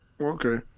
Okay